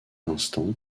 instant